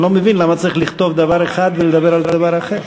אני לא מבין למה צריך לכתוב דבר אחד ולדבר על דבר אחר.